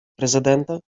президента